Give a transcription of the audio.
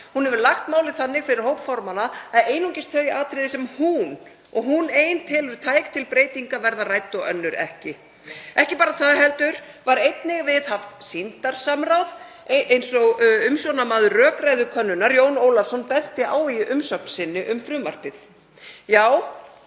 Hún hefur lagt málið þannig fyrir hóp formanna að einungis þau atriði sem hún, og hún ein, telur tæk til breytinga verði rædd. Ekki bara það heldur var einnig viðhaft sýndarsamráð eins og umsjónarmaður rökræðukönnunar, Jón Ólafsson, benti á í umsögn sinni um frumvarpið.